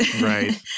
Right